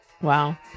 Wow